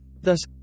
Thus